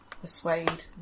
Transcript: Persuade